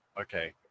okay